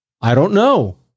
I-don't-know